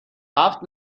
هفت